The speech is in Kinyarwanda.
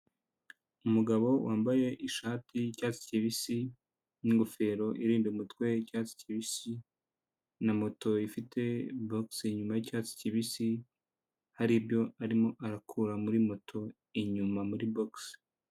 Umugabo wambaye ishati y'icyatsi kibisi, n'ingofero irinda umutwe y'icyatsi kibisi, na moto ifite bogisi inyuma y'icyatsi kibisi, haribyo arimo arakura muri moto inyuma muri bogisi.